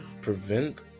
prevent